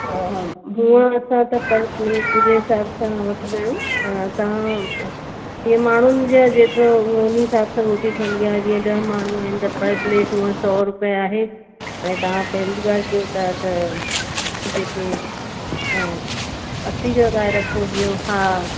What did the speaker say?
हूअं असां त पर प्लेट जे हिसाब सां वठंदा आहियूं तव्हां या माण्हूनि जे जेतिरो उहो उन हिसाब सां रोटी ठहंदी आहे जीअं ॾह माण्हू आहिनि त पर प्लेट हूअं सौ रुपिया आहे पर तव्हां पहिरीं बार कियो था तव्हां जेको असी लॻाए रखो जीअं हा